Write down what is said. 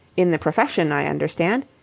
in the profession, i understand.